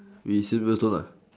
we scissors paper stone lah